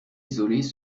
isolés